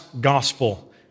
Gospel